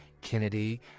Kennedy